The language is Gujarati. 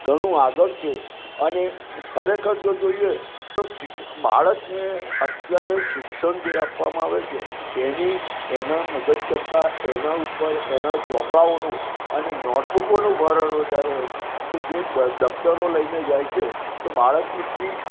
ઘણું આગળ છે અને ખરેખર જો જોઈએ તો બાળકને અત્યારે શિક્ષણ જે આપવામાં આવે છે એની એનાં મગજ કરતાં એનાં ઉપર એનાં ચોપડાઓનું અને નોટબુકઓનું ભારણ વધારે હોય કે જે દફ્તરો લઈ ને જાય છે તો બાળકની પીઠ